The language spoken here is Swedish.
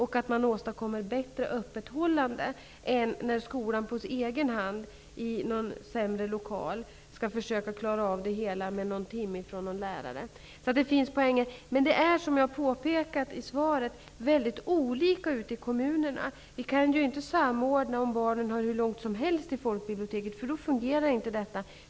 Man åstadkommer också ett bättre öppethållande än när skolan på egen hand i en sämre lokal skall försöka klara av det hela med någon timme från en lärares tjänstgöring. Som jag påpekat i svaret är situationen mycket olika i kommunerna. Det går inte att samordna om barnen har långt till folkbiblioteket. Då fungerar inte detta.